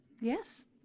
yes